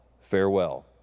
Farewell